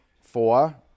Four